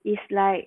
is like